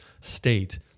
state